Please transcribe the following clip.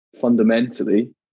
fundamentally